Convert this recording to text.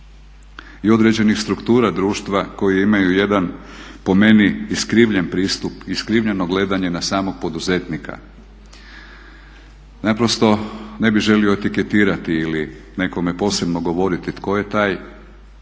i određenih struktura društva koji imaju jedan po meni iskrivljen pristup, iskrivljeno gledanje na samog poduzetnika. Naprosto ne bih želio etiketirati ili nekome posebno govoriti tko je taj.